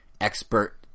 expert